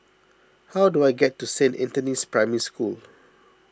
how do I get to Saint Anthony's Primary School